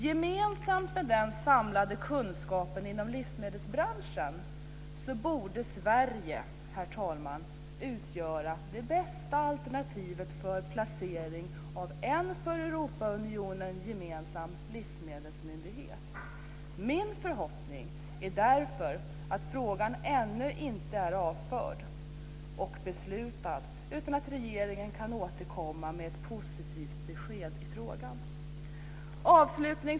Gemensamt med den samlade kunskapen inom livsmedelsbranschen borde Sverige utgöra det bästa alternativet för placering av en för Europaunionen gemensam livsmedelsmyndighet. Min förhoppning är att frågan ännu inte är avförd och beslutad utan att regeringen kan återkomma med ett positivt besked i frågan.